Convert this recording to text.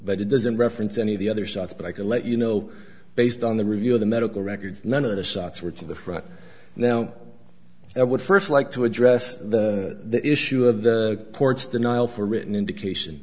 but it doesn't reference any of the other sites but i can let you know based on the review of the medical records none of the socks were to the right now i would first like to address the issue of the ports denial for written indication